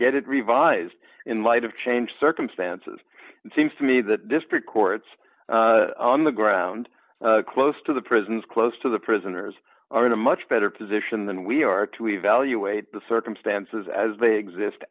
get it revised in light of changed circumstances it seems to me the district courts on the ground close to the prisons close to the prisoners are in a much better position than we are to evaluate the circumstances as they exist